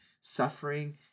suffering